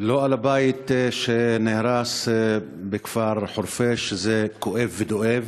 לא על הבית שנהרס בכפר חורפיש, זה כואב ודואב,